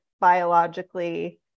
biologically